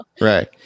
Right